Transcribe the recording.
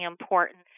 important